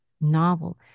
novel